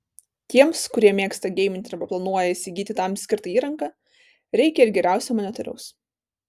tiems kurie mėgsta geiminti arba planuoja įsigyti tam skirtą įrangą reikia ir geriausio monitoriaus